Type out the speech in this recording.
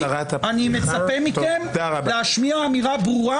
אני מצפה מכם להשמיע אמירה ברורה.